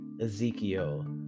Ezekiel